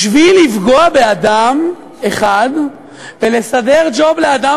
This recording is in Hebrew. בשביל לפגוע באדם אחד ולסדר ג'וב לאדם